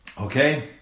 Okay